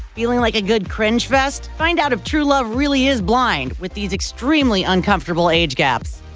feeling like a good cringe-fest? find out if true love really is blind with these extremely uncomfortable age gaps!